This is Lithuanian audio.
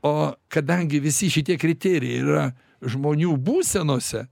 o kadangi visi šitie kriterijai yra žmonių būsenose